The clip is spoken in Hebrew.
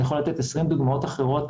אני יכול לתת 20 דוגמאות אחרות,